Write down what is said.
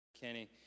Kenny